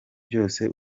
byose